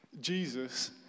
Jesus